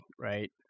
right